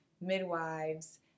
midwives